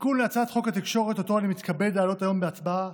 התיקון להצעת חוק התקשורת שאני מתכבד להעלות היום להצבעה